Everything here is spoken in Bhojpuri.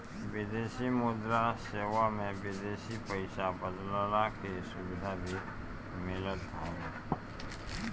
विदेशी मुद्रा सेवा में विदेशी पईसा बदलला के सुविधा भी मिलत हवे